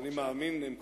אני מאמין להם.